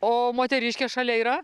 o moteriškė šalia yra